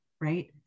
right